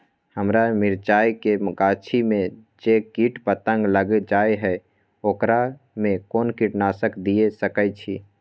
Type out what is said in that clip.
हमरा मिर्चाय के गाछी में जे कीट पतंग लैग जाय है ओकरा में कोन कीटनासक दिय सकै छी?